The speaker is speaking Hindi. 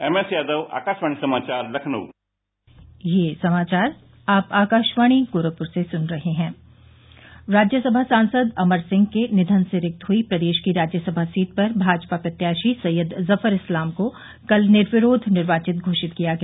एम एस यादव आकाशवाणी समाचार लखनऊ राज्यसभा सांसद अमर सिंह के निधन से रिक्त हुई प्रदेश की राज्यसभा सीट पर भाजपा प्रत्याशी सैय्यद जफर इस्लाम को कल निर्विरोध निर्वाचित घोषित किया गया